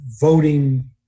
voting